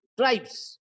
tribes